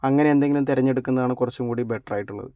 അങ്ങനെ എന്തെങ്കിലും തിരെഞ്ഞെടുക്കുന്നതാണ് കൊറച്ചും കൂടി ബെറ്ററായിട്ടുള്ളത്